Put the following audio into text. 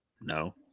no